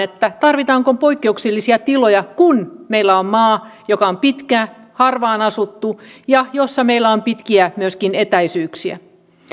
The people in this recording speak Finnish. tarvitaanko poikkeuksellisia tiloja kun meillä on maa joka on pitkä harvaan asuttu ja jossa meillä on myöskin pitkiä etäisyyksiä